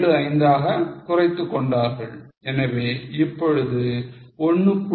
75 ஆக குறைத்துக் கொண்டார்கள் எனவே இப்பொழுது 1